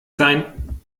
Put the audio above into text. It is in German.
sein